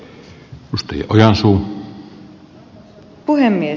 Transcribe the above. arvoisa puhemies